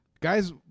Guys